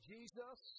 Jesus